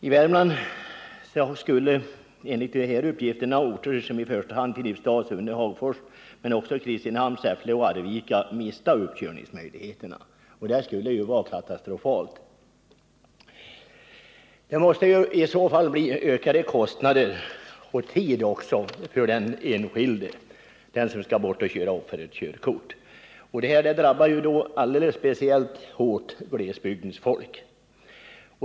I Värmland skulle enligt dessa uppgifter orter som i första hand Filipstad, Sunne och Hagfors men också Kristinehamn, Säffle och Arvika mista uppkörningsmöjligheterna, och det skulle vara katastrofalt. Det skulle i så fall bli ökade kostnader och även ökad tidsåtgång för den enskilde som skall köra upp för körkort. Detta drabbar då speciellt hårt glesbygdens folk.